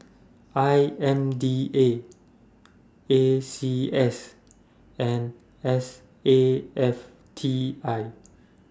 I M D A A C S and S A F T I